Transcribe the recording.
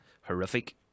horrific